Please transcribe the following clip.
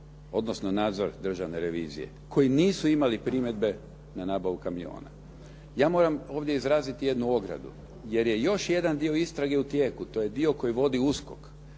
i nadzor Državne revizije, koji nisu imali primjedbe na nabavu kamiona. Ja moram ovdje izraziti jednu ogradu, jer je još jedan dio istrage u tijeku. To je dio koji vodi USKOK.